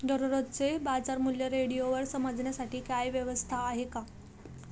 दररोजचे बाजारमूल्य रेडिओवर समजण्यासाठी काही व्यवस्था आहे का?